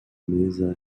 mesa